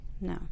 No